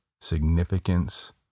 Significance